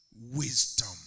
wisdom